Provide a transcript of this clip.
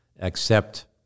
accept